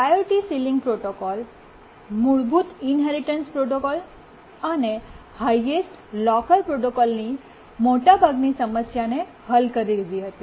priority ceiling પ્રોટોકોલે મૂળભૂત inheritance protocol અને હાયેસ્ટ લોકર પ્રોટોકોલની મોટાભાગની સમસ્યાને હલ કરી દીધી હતી